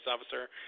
officer